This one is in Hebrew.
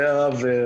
אבל לצערי הרב,